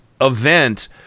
event